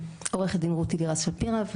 עורכת דין רותי לירז שפירא,